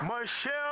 Michelle